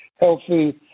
healthy